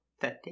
thirty